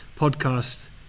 podcast